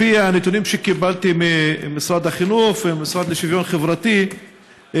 לפי הנתונים שקיבלתי ממשרד החינוך והמשרד לשוויון חברתי,